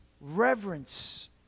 Reverence